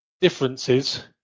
differences